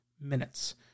minutes